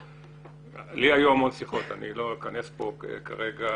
לי היו המון שיחות ולא אכנס לכך כרגע.